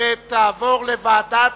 והיא תועבר לוועדה